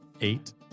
eight